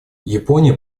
япония